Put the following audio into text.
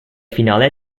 finale